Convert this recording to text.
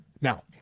Now